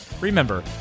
Remember